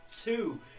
two